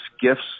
gifts